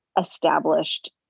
established